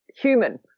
human